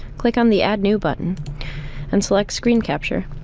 click on the add new button and select screen capture.